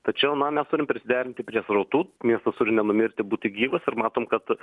tačiau na mes turim prisiderinti prie srautų miestas turi nenumirti būti gyvas ir matom kad